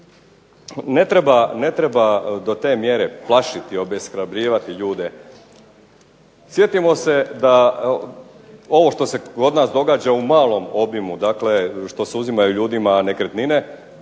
ne treba do te mjere plašiti, obeshrabrivati ljude. Sjetimo se da ovo što se kod nas događa u malom obimu, dakle što se uzimaju ljudima nekretnine